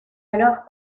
alors